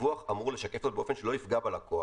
הדיווח אמור לשקף זאת באופן שלא יפגע בלקוח.